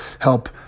help